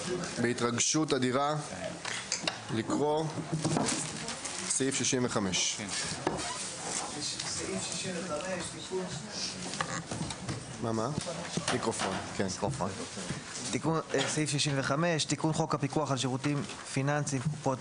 בהתרגשות אדירה אנחנו ממשיכים לקרוא את סעיף 65. 65.תיקון חוק הפיקוח על שירותים פיננסיים (קופות